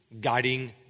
guiding